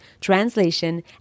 translation